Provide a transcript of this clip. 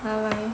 bye bye